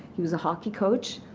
he was a hockey coach.